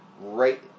right